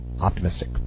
optimistic